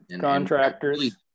Contractors